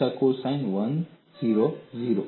Disha cosine 1 0 0